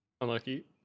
Unlucky